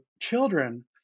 children